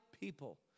people